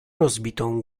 rozbitą